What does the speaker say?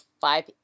five